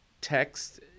text